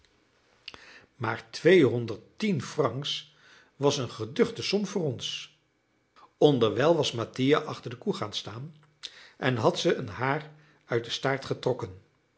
maar twee honderd tien francs was eene geduchte som voor ons onderwijl was mattia achter de koe gaan staan en had ze een haar uit den staart getrokken